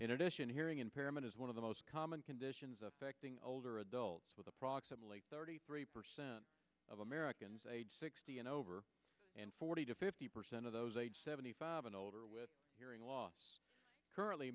in addition hearing impairment is one of the most common conditions affecting older adults with approximately thirty three percent of americans aged sixty and over and forty to fifty percent of those aged seventy five and older with hearing loss currently